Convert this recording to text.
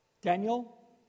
Daniel